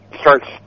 starts